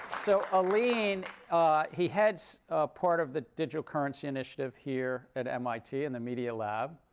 so alin, he heads part of the digital currency initiative here at mit in the media lab.